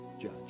judge